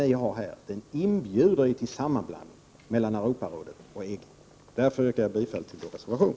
Formuleringen i betänkandet inbjuder till en sammanblandning mellan Europarådet och EG. Därför yrkar jag bifall till vår reservation.